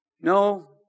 No